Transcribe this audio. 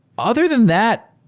other than that,